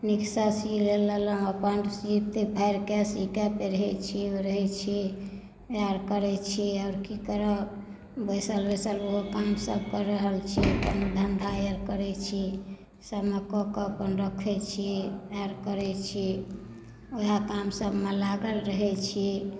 नीकसँ सी लेलहुँ आ अपन सी कऽ फाड़ि कऽ पेन्हैत छी ओढ़ैत छी इएह आओर करैत छी आओर की करब बैसल बैसल ओहो कामसभ कऽ रहल छी कनी धंधा आओर करैत छी सभमे कऽ कऽ अपन रखैत छी इएह आओर करैत छी उएह कामसभमे लागल रहैत छी